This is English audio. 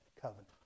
covenant